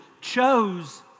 chose